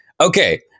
Okay